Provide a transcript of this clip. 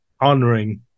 honoring